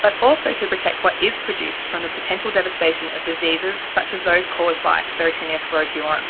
but also to protect what is produced from the potential devastation of diseases such as those caused by sclerotinia sclerotiorum.